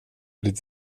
ditt